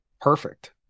perfect